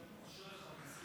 אשריך באמת.